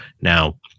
Now